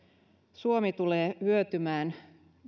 suomi tulee hyötymään